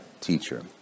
teacher